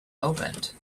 opened